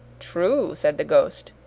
true, said the ghost.